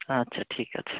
আচ্ছা ঠিক আছে